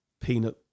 peanut